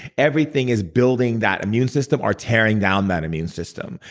everything is building that immune system or tearing down that immune system.